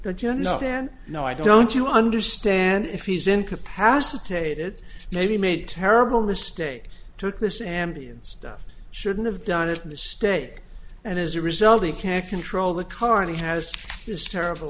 but you're not then no i don't you understand if he's incapacitated maybe made terrible mistake took this ambience stuff shouldn't have done it in the state and as a result he can't control the car and he has this terrible